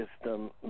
system